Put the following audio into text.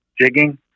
jigging